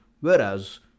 whereas